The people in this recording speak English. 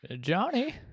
Johnny